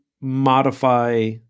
modify